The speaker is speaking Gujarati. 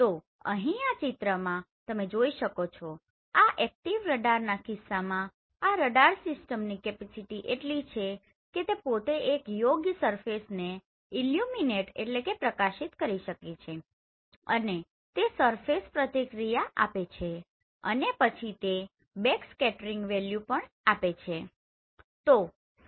તો અહીં આ ચિત્રમાં તમે જોઈ શકો છો આ એક્ટિવ રડાર ના કિસ્સામાં આ રડાર સીસ્ટમની કેપીસીટિ એટલી છે કે તે પોતે એક યોગ્ય સરફેસને ઈલ્યુંમીનેટIlluminate પ્રકાશિત કરી શકે છે અને તે સરફેસ પ્રતિક્રિયા આપે છે અને પછી તે બેકસ્કેટરિંગ વેલ્યુ પણ આપે છે બરોબર